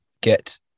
get